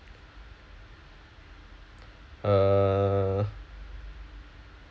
err